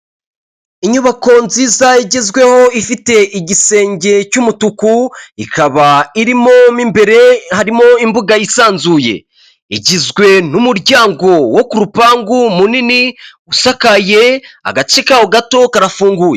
Inyubako nziza igezweho ifite igisenge cy'umutuku ikaba irimo imbere harimo imbuga yisanzuye, igizwe n'umuryango wo ku rupangu munini usakaye agace kawo gato karafunguye.